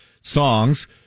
songs